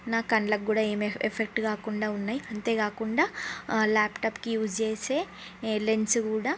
నా కళ్ళకు కూడా ఏమి ఏ ఎఫెక్ట్ కాకుండా ఉన్నాయి అంతే కాకుండా ల్యాప్టాప్కి యూస్ చేసే ఏ లెన్స్ కూడా